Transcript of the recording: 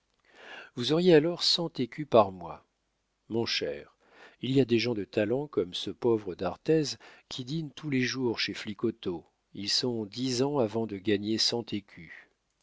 vous auriez alors cent écus par mois mon cher il y a des gens de talent comme ce pauvre d'arthez qui dîne tous les jours chez flicoteaux ils sont dix ans avant de gagner cent écus